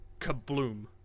kabloom